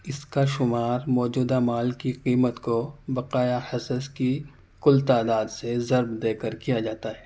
اِس کا شمار موجودہ مال کی قیمت کو بقایا حصص کی کل تعداد سے ضرب دے کر کیا جاتا ہے